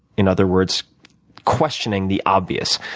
in other words questioning, the obvious.